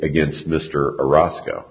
against mr roscoe